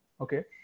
Okay